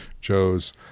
joe's